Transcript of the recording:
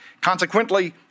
Consequently